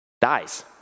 dies